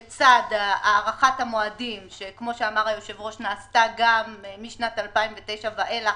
לצד הארכת המועדים שנעשתה משנת 2009 ואילך,